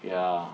ya